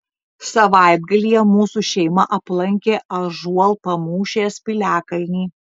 savaitgalyje mūsų šeima aplankė ąžuolpamūšės piliakalnį